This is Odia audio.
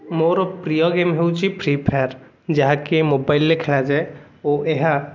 ମୋରପ୍ରିୟ ଗେମ ହେଉଛି ଫ୍ରୀଫାୟାର ଯାହାକି ମୋବାଇଲ ରେ ଖେଳାଯାଏ ଓ ଏହା